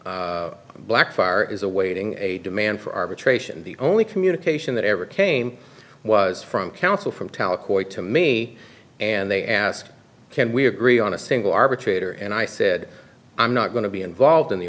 now blackfire is awaiting a demand for arbitration the only communication that ever came was from counsel from talib kweli to me and they asked can we agree on a single arbitrator and i said i'm not going to be involved in the